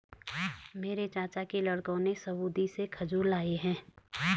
मेरे चाचा के लड़कों ने सऊदी से खजूर लाए हैं